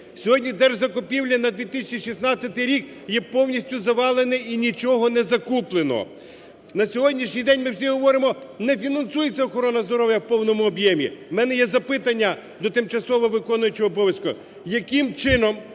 Сьогодні держзакупівлі на 2016 рік є повністю завалені і нічого не закуплено. На сьогоднішній день ми всі говоримо: "Не фінансується охорона здоров'я в повному об'ємі". В мене є запитання до тимчасово виконуючого обов'язки. Яким чином